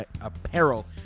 Apparel